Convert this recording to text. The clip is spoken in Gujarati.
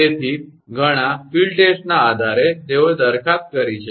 તેથી ઘણા ફીલ્ડ ટેસ્ટના આધારે તેઓએ દરખાસ્ત કરી છે